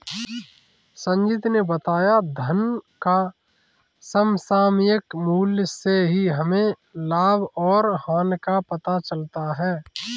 संजीत ने बताया धन का समसामयिक मूल्य से ही हमें लाभ और हानि का पता चलता है